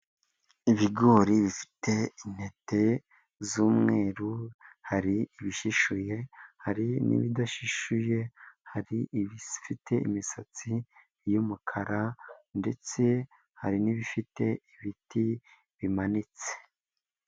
Ibigori bifite intete z'umweru, hari ibishishuye, hari n'ibidashishuye, hari ibifite imisatsi y'umukara ndetse hari n'ibifite ibiti bimanitse.